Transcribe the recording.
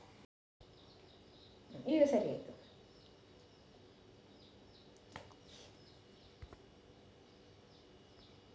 ಬೆಳೆಗಳಿಗೆ ನೀರಿನ ಕೊರತೆ ಉಂಟಾ ಬೆಳವಣಿಗೆಯ ಮೇಲೆ ವ್ಯತಿರಿಕ್ತ ಪರಿಣಾಮಬೀರುತ್ತದೆಯೇ?